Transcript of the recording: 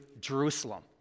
Jerusalem